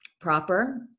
proper